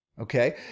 okay